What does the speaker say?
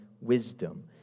wisdom